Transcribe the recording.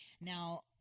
Now